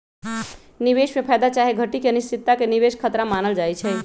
निवेश में फयदा चाहे घटि के अनिश्चितता के निवेश खतरा मानल जाइ छइ